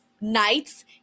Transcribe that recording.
nights